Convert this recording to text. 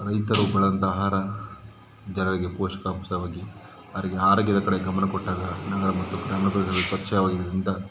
ರೈತರು ಬೆಳದಂಥ ಆಹಾರ ಜರುಗಿ ಪೋಷಕಾಂಶವಾಗಿ ಅವರಿಗೆ ಆರೋಗ್ಯದ ಕಡೆ ಗಮನ ಕೊಟ್ಟಾಗ ನಗರ ಮತ್ತು ಗ್ರಾಮ ಪ್ರದೇಶಗಳು ಸ್ವಚ್ಛವಾಗಿರೋದ್ರಿಂದ